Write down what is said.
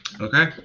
Okay